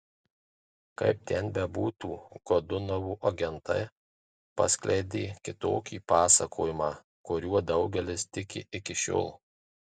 kaip ten bebūtų godunovo agentai paskleidė kitokį pasakojimą kuriuo daugelis tiki iki šiol